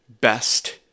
best